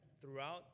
throughout